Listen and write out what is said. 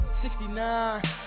69